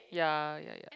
ya ya ya